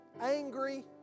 angry